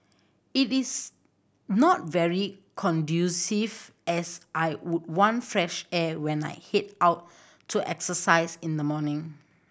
it is not very conducive as I would want fresh air when I head out to exercise in the morning